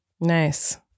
Nice